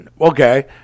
Okay